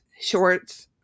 shorts